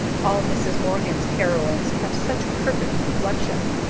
all mrs. morgan's heroines have such perfect complexions.